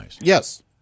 Yes